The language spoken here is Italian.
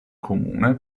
comune